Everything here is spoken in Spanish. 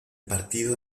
partido